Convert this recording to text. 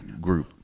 group